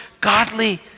godly